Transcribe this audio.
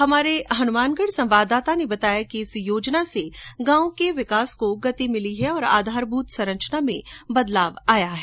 हमारे हनुमानगढ संवाददाता ने बताया कि इस योजना से गांवों के विकास को गति मिली है और आधारभूत संरचना में भी बदलाव आया है